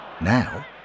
Now